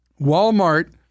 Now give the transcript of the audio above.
Walmart